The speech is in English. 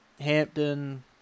Hampton